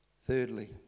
Thirdly